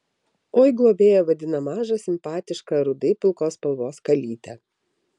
oi globėja vadina mažą simpatišką rudai pilkos spalvos kalytę